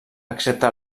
excepte